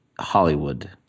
Hollywood